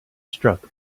struck